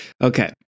Okay